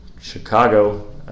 Chicago